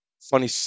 funny